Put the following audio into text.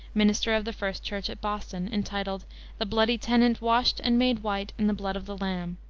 minister of the first church at boston, entitled the bloody tenent washed and made white in the blood of the lamb.